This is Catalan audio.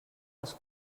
als